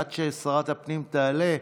עד ששרת הפנים תעלה,